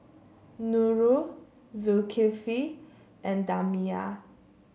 Nurul Zulkifli and Damia